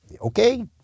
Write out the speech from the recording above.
okay